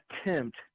attempt